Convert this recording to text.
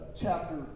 chapter